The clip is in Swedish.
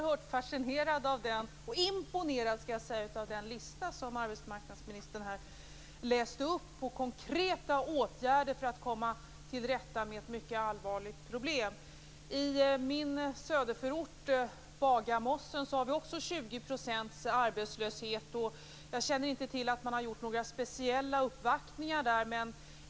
Herr talman! Jag blev oerhört fascinerad och imponerad av den lista som arbetsmarknadsministern här läste upp med konkreta åtgärder för att komma till rätta med ett mycket allvarligt problem. I min söderförort Bagarmossen har vi också 20 % arbetslöshet, men jag känner inte till att man har gjort några speciella uppvaktningar därifrån.